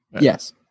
yes